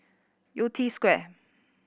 Yew Tee Square